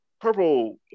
Purple